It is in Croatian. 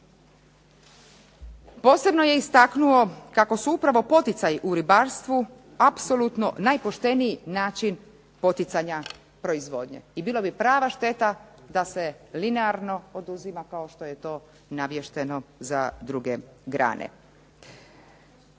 Posebno je istaknuo kako su upravo poticaji u ribarstvu apsolutno najpošteniji način poticanja proizvodnje i bila bi prava šteta da se linearno oduzima kao što je to navješteno za druge grane.